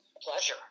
Pleasure